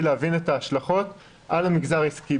כדי להבין את ההשלכות על המגזר העסקי.